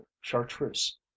chartreuse